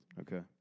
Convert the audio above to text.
okay